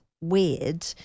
weird